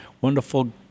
wonderful